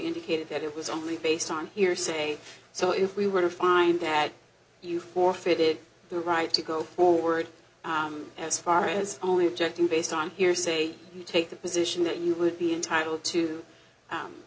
indicated that it was only based on hearsay so if we were to find that you forfeited the right to go forward as far as only objecting based on hearsay you take the position that you would be entitled to